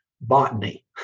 botany